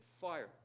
fire